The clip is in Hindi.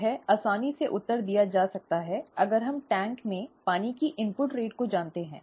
यह आसानी से उत्तर दिया जा सकता है अगर हम टैंक में पानी की इनपुट दर को जानते हैं